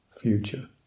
Future